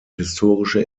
historische